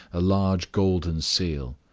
a large golden seal.